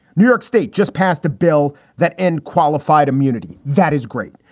new york state just passed a bill that end qualified immunity. that is great.